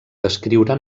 descriure